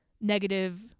negative